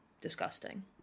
disgusting